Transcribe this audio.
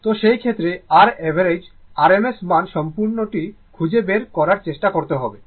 তো সেই ক্ষেত্রে r অ্যাভারেজ RMS মান সম্পূর্ণটি খুঁজে বের করার চেষ্টা করতে হবে